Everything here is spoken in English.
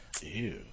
Ew